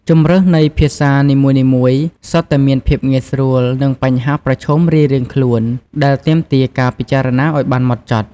ជម្រើសនៃភាសានីមួយៗសុទ្ធតែមានភាពងាយស្រួល និងបញ្ហាប្រឈមរៀងៗខ្លួន ដែលទាមទារការពិចារណាឱ្យបានហ្មត់ចត់។